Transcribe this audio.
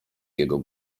jego